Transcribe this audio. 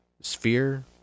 sphere